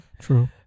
True